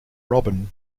robin